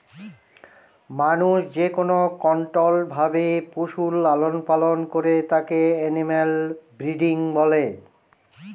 মানুষ যেকোনো কন্ট্রোল্ড ভাবে পশুর লালন পালন করে তাকে এনিম্যাল ব্রিডিং বলে